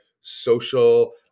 social